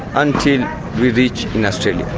until we reach and australia.